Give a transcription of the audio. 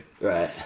right